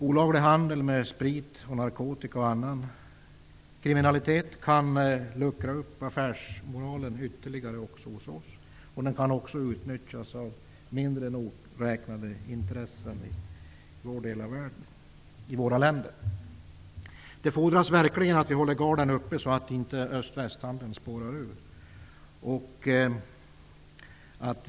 Olaglig handel med sprit och narkotika och annan kriminalitet kan luckra upp affärsmoralen ytterligare också hos oss i Sverige, och den kan också utnyttjas av mindre nogräknade intressenter i länderna i vår del av världen. Det fordras verkligen att vi håller garden uppe så att öst--väst-handeln inte spårar ur.